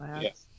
yes